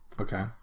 Okay